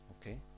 Okay